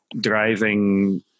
driving